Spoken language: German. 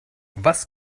was